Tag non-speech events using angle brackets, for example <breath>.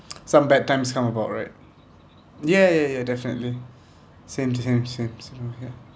<noise> some bad times come about right ya ya ya definitely <breath> same same same same yup